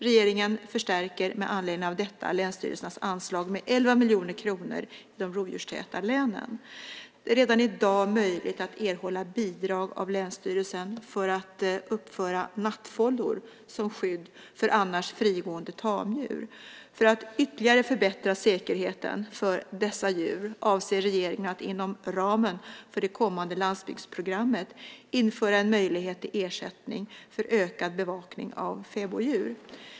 Regeringen förstärker med anledning av detta länsstyrelsernas anslag med 11 miljoner kronor i de rovdjurstäta länen. Det är redan i dag möjligt att erhålla bidrag av länsstyrelsen för att uppföra nattfållor som skydd för annars frigående tamdjur. För att ytterligare förbättra säkerheten för dessa djur avser regeringen att inom ramen för det kommande landsbygdsprogrammet införa en möjlighet till ersättning för ökad bevakning av fäboddjur.